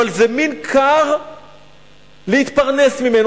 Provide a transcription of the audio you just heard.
אבל זה מין כר להתפרנס ממנו,